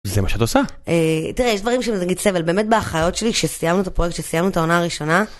זה מה שאת עושה? אה, תראה, יש דברים שזה נגיד סבל, באמת באחיות שלי כשסיימנו את הפרויקט, כשסיימנו את העונה הראשונה.